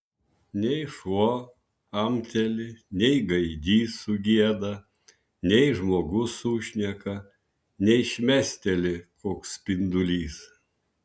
nei šuo amteli nei gaidys sugieda nei žmogus sušneka nei šmėsteli koks spindulys